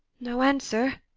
no answer?